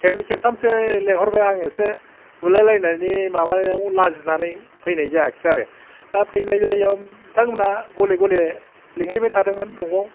खेबनै खेबथामसो लेंहरबाय आं एसे बुलाय लायनायनि माबाआव लाजिनानै फैनाय जायासै आरो दा फैनाय जायैआव बिथां मोनहा गले गले लिंहैबाय थादोंमोन न'आव